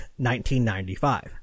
1995